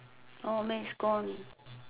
oh maths gone